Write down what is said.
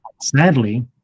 Sadly